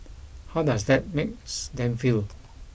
how does that makes them feel